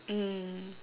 mm